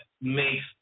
makes